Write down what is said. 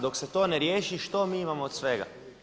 Dok se to ne riješi što mi imamo od svega?